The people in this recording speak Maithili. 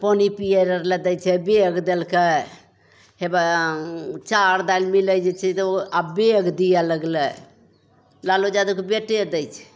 पानी पिए आओर ले दै छै बैग देलकै हेबे चाउर दालि मिलै जे छै से ओ आब बैग दिए लगलै लालू यादवके बेटे दै छै